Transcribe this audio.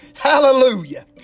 Hallelujah